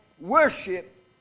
worship